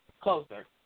Closer